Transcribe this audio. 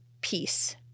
peace